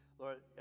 Lord